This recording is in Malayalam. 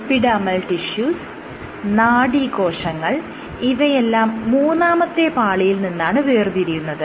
എപ്പിഡെർമൽ ടിഷ്യൂസ് നാഡീകോശങ്ങൾ ഇവയെല്ലാം മൂന്നാമത്തെ പാളിയിൽ നിന്നാണ് വേർതിരിയുന്നത്